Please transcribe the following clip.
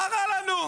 מה רע לנו?